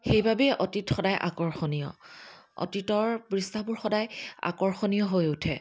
সেইবাবেই অতীত সদায় আকৰ্ষণীয় অতীতৰ পৃষ্ঠাবোৰ সদায় আকৰ্ষণীয় হৈ উঠে